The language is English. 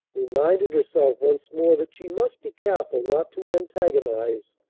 reminded herself once more that she must be careful not to antagonize,